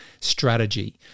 strategy